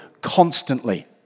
constantly